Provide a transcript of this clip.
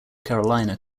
carolina